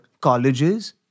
colleges